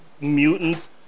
mutants